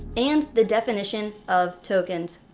and the definition of tokens.